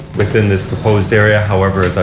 within this proposed area. however as i